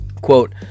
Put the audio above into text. Quote